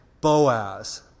Boaz